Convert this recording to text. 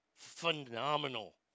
Phenomenal